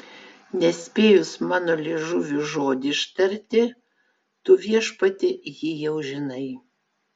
nespėjus mano liežuviui žodį ištarti tu viešpatie jį jau žinai